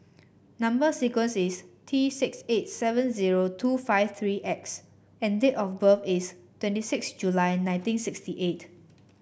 number sequence is T six eight seven zero two five three X and date of birth is twenty six July nineteen sixty eight